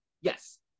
Yes